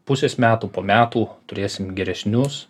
pusės metų po metų turėsim geresnius